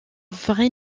vrai